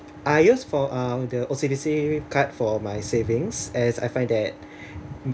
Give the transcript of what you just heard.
I use for uh the O_C_B_C card for my savings as I find that